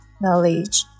knowledge